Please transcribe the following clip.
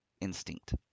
instinct